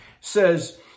says